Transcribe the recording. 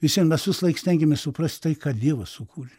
visvien mes visąlaik stengiamės suprast tai ką dievas sukūrė